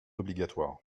obligatoires